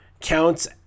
counts